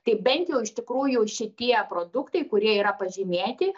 tai bent jau iš tikrųjų šitie produktai kurie yra pažymėti